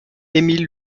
émile